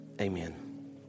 Amen